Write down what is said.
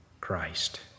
Christ